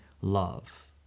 love